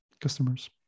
customers